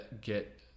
get